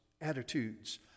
attitudes